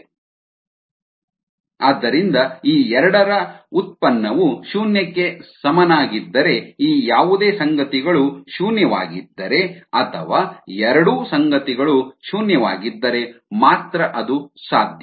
0 Dx ಆದ್ದರಿಂದ ಈ ಎರಡರ ಉತ್ಪನ್ನವು ಶೂನ್ಯಕ್ಕೆ ಸಮನಾಗಿದ್ದರೆ ಈ ಯಾವುದೇ ಸಂಗತಿಗಳು ಶೂನ್ಯವಾಗಿದ್ದರೆ ಅಥವಾ ಎರಡೂ ಸಂಗತಿಗಳು ಶೂನ್ಯವಾಗಿದ್ದರೆ ಮಾತ್ರ ಅದು ಸಾಧ್ಯ